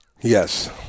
Yes